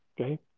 Okay